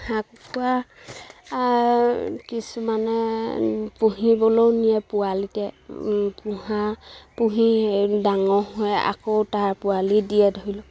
হাঁহ কুকুৰা কিছুমানে পুহিবলৈও নিয়ে পোৱালিতে পোহা পুহি ডাঙৰ হৈ আকৌ তাৰ পোৱালি দিয়ে ধৰি লওক